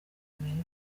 amerika